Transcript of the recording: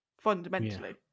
fundamentally